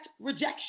rejection